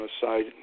side